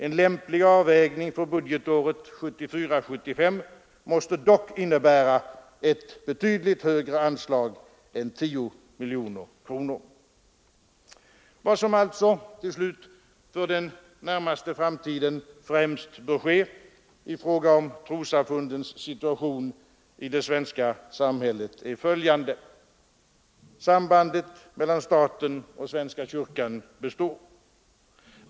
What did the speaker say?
En lämplig avvägning för budgetåret 1974/75 måste dock innebära ett betydligt högre anslag än 10 miljoner kronor. Vad som alltså, till slut, bör ske under den närmaste framtiden i fråga om trossamfundens situation i det svenska samhället är följande: Sambandet mellan staten och svenska kyrkan består.